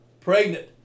Pregnant